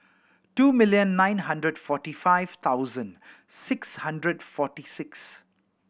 two million nine hundred forty five thousand six hundred and forty six